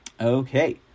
Okay